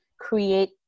create